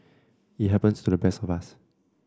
it happens to the best of us